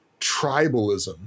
tribalism